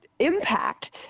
impact